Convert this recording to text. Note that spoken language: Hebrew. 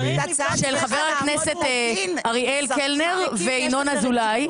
של חבר הכנסת אריאל קלנר וינון אזולאי,